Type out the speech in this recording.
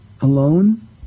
alone